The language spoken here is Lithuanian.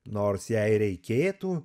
nors jei reikėtų